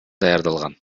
даярдалган